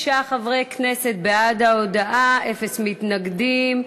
26 חברי כנסת בעד ההודעה, אפס מתנגדים.